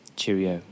Cheerio